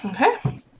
Okay